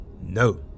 No